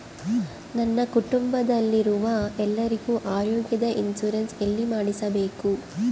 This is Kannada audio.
ನನ್ನ ಕುಟುಂಬದಲ್ಲಿರುವ ಎಲ್ಲರಿಗೂ ಆರೋಗ್ಯದ ಇನ್ಶೂರೆನ್ಸ್ ಎಲ್ಲಿ ಮಾಡಿಸಬೇಕು?